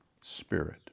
spirit